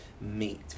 meet